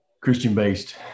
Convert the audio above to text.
Christian-based